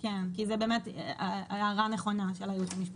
כי זו הערה נכונה של הייעוץ המשפטי.